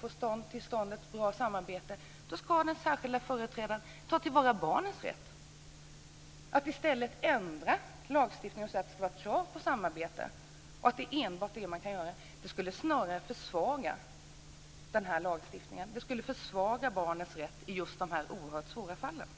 få till stånd ett bra samarbete ska den särskilda företrädaren ta till vara barnets rätt. Att i stället ändra lagstiftningen och införa ett krav på samarbete skulle snarare försvaga barnets rätt i de svårare fallen.